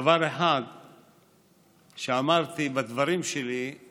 דבר אחד שאמרתי בדברים שלי הוא